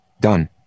Done